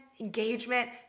engagement